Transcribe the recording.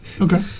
Okay